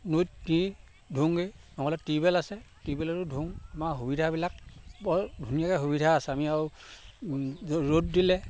নৈত নি ধুওঁগৈ নহ'লে টিউবেল আছে টিউবেলতো ধুও আমাৰ সুবিধাবিলাক বৰ ধুনীয়াকৈ সুবিধা আছে আমি আৰু ৰ'দ ৰ'দ দিলে